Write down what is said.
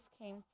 came